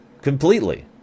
completely